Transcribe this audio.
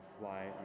fly